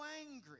angry